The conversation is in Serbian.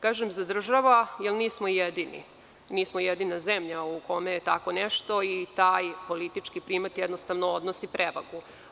Kažem zadržava jer nismo jedini, nismo jedina zemlja u kome je tako nešto i taj politički primat jednostavno odnosi prevagu.